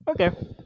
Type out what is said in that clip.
Okay